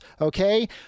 okay